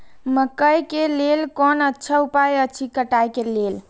मकैय के लेल कोन अच्छा उपाय अछि कटाई के लेल?